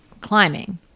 Climbing